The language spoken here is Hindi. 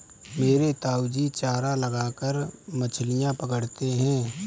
मेरे ताऊजी चारा लगाकर मछलियां पकड़ते हैं